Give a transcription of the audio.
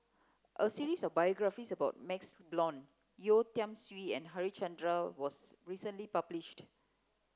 a series of biographies about MaxLe Blond Yeo Tiam Siew and Harichandra was recently published